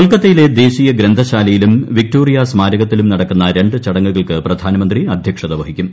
കൊൽക്കൊത്തയിലെ ദേശീയ ഗ്രന്ഥശാലയിലും വ്വിക്ട്ടോറിയ സ്മാരത്തിലും നടക്കുന്ന രണ്ട് ചടങ്ങുകൾക്ക് പ്രധാനമന്ത്രി അധ്യക്ഷത വഹിക്കും